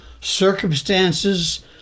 circumstances